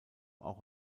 auch